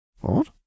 What